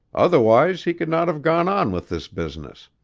otherwise he could not have gone on with this business.